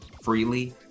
freely